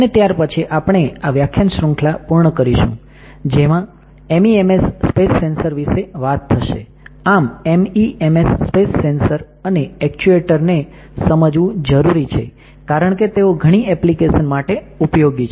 અને ત્યાર પછી આપણે આ વ્યાખ્યાન શ્રુંખલા પૂર્ણ કરીશું જેમાં MEMS સ્પેસ સેન્સર્સ વિશે વાત થશે આમ MEMS સ્પેસ સેન્સર્સ અને એક્ચ્યુએટર ને સમજવું જરૂરી છે કારણકે તેઓ ઘણી ઍપ્લિકેશન માટે ઉપયોગી છે